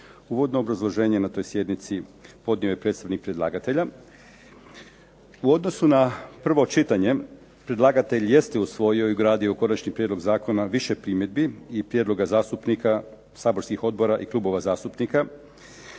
Uvodno obrazloženje na toj sjednici podnio je predsjednik predlagatelja. U odnosu na prvo čitanje predlagatelj jeste usvojio i ugradio u konačni prijedlog zakona više primjedbi i prijedloga zastupnika saborskih odbora i klubova zastupnika.